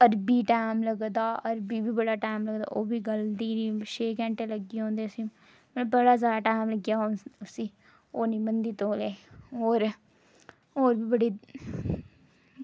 अरबी टैम लगदा अरबी गी बी बड़ा टैम लगदा ओह्बी गलदी निं छे घैंटे लग्गी जंदे उसी मतलब बड़ा जादा टैम लग्गेआ उसी ओह् निं बनदी तौले होर होर बी बड़ी